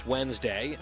Wednesday